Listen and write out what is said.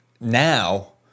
now